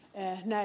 en näe